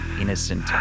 innocent